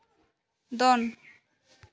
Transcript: ᱫᱚᱱ